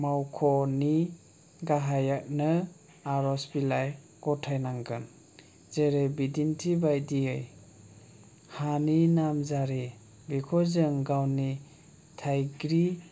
मावख'नि गाहायनो आर'ज बिलाइ गथायनांगोन जेरै बिदिन्थि बादियै हानि नामजारि बेखौ जों गावनि थाइग्रि